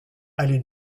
allée